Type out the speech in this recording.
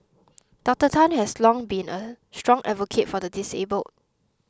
Doctor Tan has long been a strong advocate for the disabled